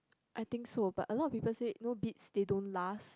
I think so but a lot of people said no beats they don't last